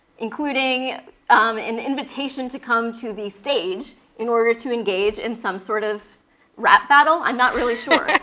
including an invitation to come to the stage in order to engage in some sort of rap battle? i'm not really sure.